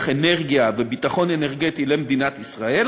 אנרגיה וביטחון אנרגטי למדינת ישראל,